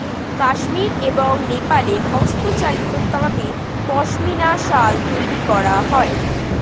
কাশ্মীর এবং নেপালে হস্তচালিত তাঁতে পশমিনা শাল তৈরি করা হয়